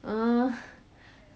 ah